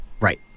Right